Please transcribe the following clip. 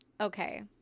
Okay